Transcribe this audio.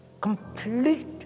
complete